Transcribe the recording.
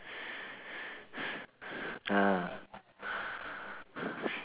ah